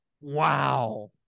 Wow